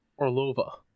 Orlova